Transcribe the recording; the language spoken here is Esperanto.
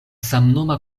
samnoma